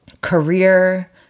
career